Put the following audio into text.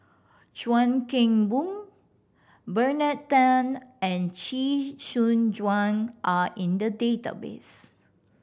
Chuan Keng Boon Bernard Tan and Chee Soon Juan are in the database